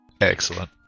Excellent